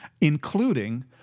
including